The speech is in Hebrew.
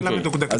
שאלה מדוקדקת.